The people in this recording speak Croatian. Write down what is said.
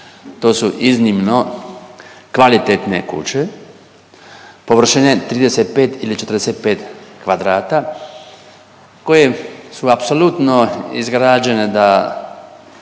To su iznimno kvalitetne kuće, površine 35 ili 45 kvadrata koje su apsolutno izgrađene da